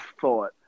thought